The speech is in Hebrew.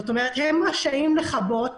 זאת אומרת שהם רשאים לכבות